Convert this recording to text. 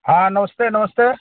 हाँ नमस्ते नमस्ते